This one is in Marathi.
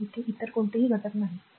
तर इथे इतर कोणतेही घटक नाहीत